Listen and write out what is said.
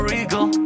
Regal